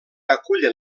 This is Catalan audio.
acullen